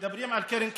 כשמדברים על קרן קיימת,